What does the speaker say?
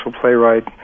playwright